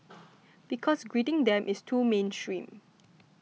because greeting them is too mainstream